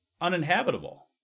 uninhabitable